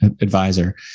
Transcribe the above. advisor